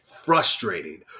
frustrating